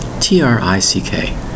T-R-I-C-K